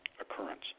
occurrence